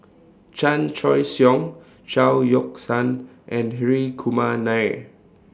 Chan Choy Siong Chao Yoke San and Hri Kumar Nair